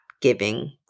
giving